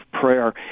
Prayer